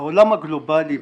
בעולם הגלובלי,